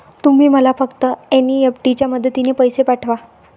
तुम्ही मला फक्त एन.ई.एफ.टी च्या मदतीने पैसे पाठवा